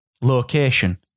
location